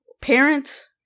Parents